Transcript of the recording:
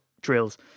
drills